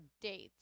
dates